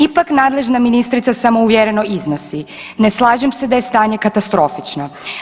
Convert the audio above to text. Ipak nadležna ministrica samouvjereno iznosi: Ne slažem se da je stanje katastrofično.